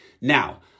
Now